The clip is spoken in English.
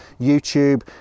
youtube